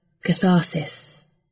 Catharsis